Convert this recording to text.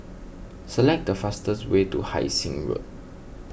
select the fastest way to Hai Sing Road